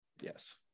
yes